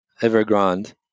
Evergrande